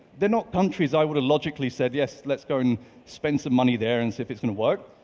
they're not countries i would've logically said, yes let's go and spend some money there and see if it's gonna work,